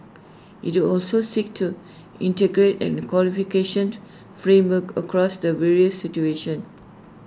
IT will also seek to integrate and the qualification frameworks across the various situation